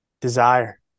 desire